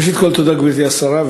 ראשית, תודה, גברתי השרה.